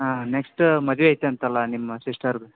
ಹಾಂ ನೆಕ್ಸ್ಟ ಮದ್ವೆ ಐತಂತಲ್ಲಾ ನಿಮ್ಮ ಸಿಸ್ಟರ್ದು